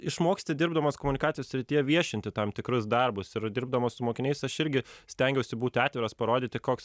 išmoksti dirbdamas komunikacijos srityje viešinti tam tikrus darbus ir dirbdamas su mokiniais aš irgi stengiuosi būti atviras parodyti koks